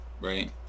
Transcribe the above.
right